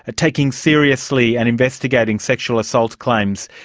ah taking seriously and investigating sexual assault claims.